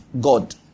God